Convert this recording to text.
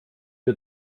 wir